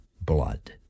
blood